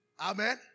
Amen